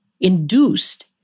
induced